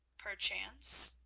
perchance,